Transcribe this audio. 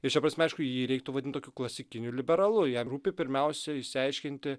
ir šia prasme aišku jį reiktų vadinti tokiu klasikiniu liberalu jam rūpi pirmiausia išsiaiškinti